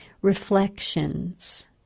reflections